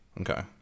Okay